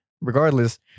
regardless